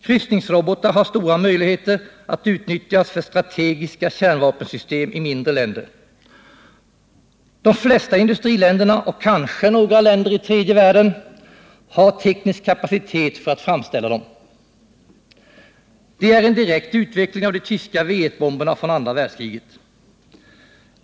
Kryssningsrobotarna är möjliga att utnyttja för strategiska kärnvapensystem i mindre länder. De flesta industriländerna och kanske några länder i tredje världen har teknisk kapacitet för att framställa dem. De är en direkt utveckling av de tyska V1-bomberna från andra världskriget.